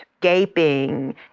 gaping